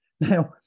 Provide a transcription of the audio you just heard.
Now